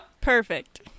Perfect